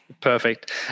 Perfect